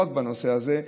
לא רק בנושא זה,